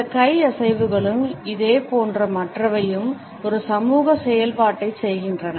இந்த கை அசைவுகளும் இதேபோன்ற மற்றவையும் ஒரு சமூக செயல்பாட்டைச் செய்கின்றன